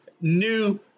new